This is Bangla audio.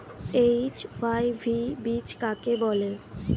এইচ.ওয়াই.ভি বীজ কাকে বলে?